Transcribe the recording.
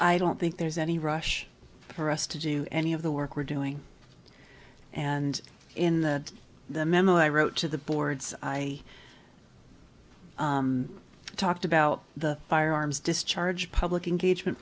i don't think there's any rush for us to do any of the work we're doing and in the the memo i wrote to the boards i talked about the firearms discharged public in gage